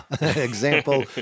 example